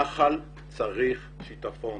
נחל צריך שיטפון